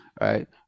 right